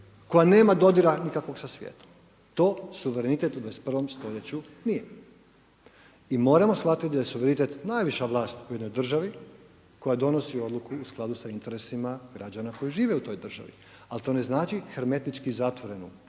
koja nema dodira nikakvog sa svijetom. To suverenitet u 21. stoljeću nije. I moramo shvatiti da je suverenitet najviša vlast u jednoj državi koja donosi odluku u skladu sa interesima građana koji žive u toj državi ali to ne znači hermetički zatvorenu